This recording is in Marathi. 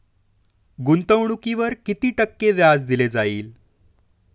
गुंतवणुकीवर किती टक्के व्याज दिले जाईल?